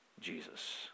Jesus